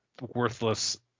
Worthless